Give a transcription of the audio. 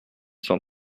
cent